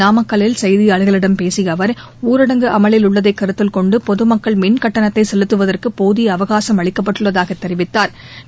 நாமக்கல்லில் செய்தியாளர்களிடம் பேசிய அவர் ஊரடங்கு அமலில் உள்ளதை கருத்தில்கொண்டு பொதுமக்கள் மின்கட்டணத்தை செலுத்துவதற்கு போதிய அவகாசும் அளிக்கப்பட்டுள்ளதாக தெரிவித்தாா்